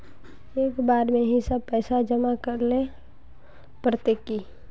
एक बार में ही सब पैसा जमा करले पड़ते की?